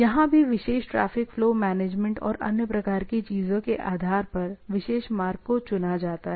यहां भीविशेष traffic flow management और अन्य प्रकार की चीजों के आधार पर विशेष मार्ग को चुना जाता है